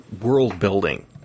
world-building